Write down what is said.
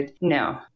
no